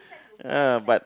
ah but